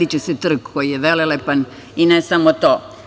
Radiće se trg koji je velelepan i ne samo to.